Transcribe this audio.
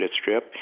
strip